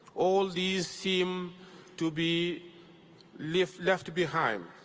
all these seem to be left left behind.